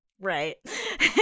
Right